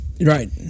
Right